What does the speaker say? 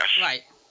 Right